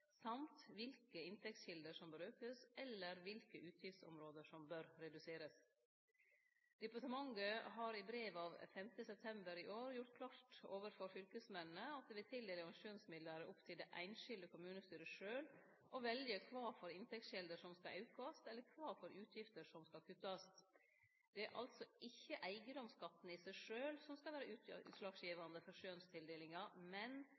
samt hvilke inntektskilder som bør økes eller hvilke utgiftsområder som bør reduseres.» Departementet har i brev av 5. september i år gjort klart overfor fylkesmennene at det ved tildeling av skjønsmidlar er opp til det einskilde kommunestyre sjølv å velje kva for inntektskjelder som skal aukast, eller kva for utgifter som skal kuttast. Det er altså ikkje eigedomsskatten i seg sjølv som skal vere utslagsgivande for skjønstildelinga, men